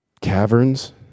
caverns